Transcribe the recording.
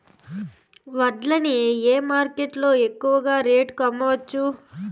వడ్లు ని ఏ మార్కెట్ లో ఎక్కువగా రేటు కి అమ్మవచ్చు?